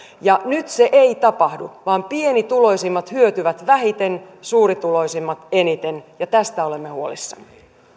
ja nyt se ei tapahdu vaan pienituloisimmat hyötyvät vähiten suurituloisimmat eniten ja tästä olemme huolissamme